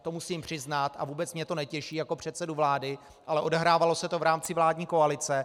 To musím přiznat a vůbec mě to netěší jako předsedu vlády, ale odehrávalo se to v rámci vládní koalice.